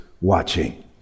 watching